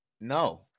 No